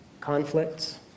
conflicts